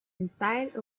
inside